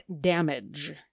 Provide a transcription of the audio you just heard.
damage